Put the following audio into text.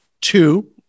Two